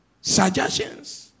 Suggestions